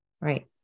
Right